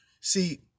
See